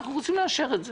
אנחנו רוצים לאשר את זה